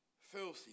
filthy